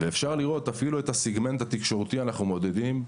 אפשר לראות אפילו את הסגמנט התקשורתי שאנחנו מעודדים,